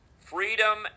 Freedom